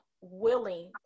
willing